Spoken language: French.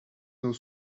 nos